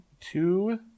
Two